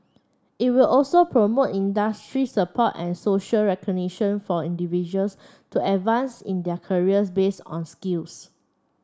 it will also promote industry support and social recognition for individuals to advance in their careers based on skills